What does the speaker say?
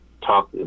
talk